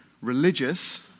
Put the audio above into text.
religious